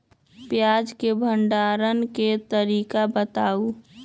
प्याज के भंडारण के तरीका बताऊ?